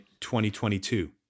2022